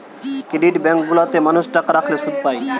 credit bank গুলা তে মানুষ টাকা রাখলে শুধ পায়